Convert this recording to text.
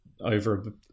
over